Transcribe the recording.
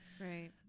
right